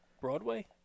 Broadway